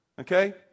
Okay